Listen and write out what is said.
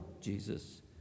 Jesus